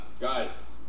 guys